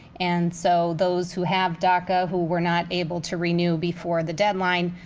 and so those who have daca who were not able to renew before the deadline,